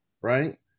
Right